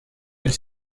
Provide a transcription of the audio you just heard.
elle